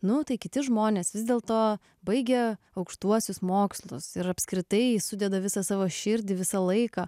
nu tai kiti žmonės vis dėlto baigė aukštuosius mokslus ir apskritai sudeda visą savo širdį visą laiką